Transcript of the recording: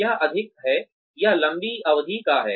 यह अधिक है यह लंबी अवधि का है